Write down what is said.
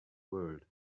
world